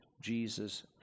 Jesus